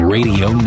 Radio